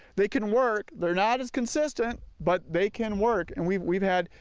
they can work, they are not as consistent but they can work. and we've we've had,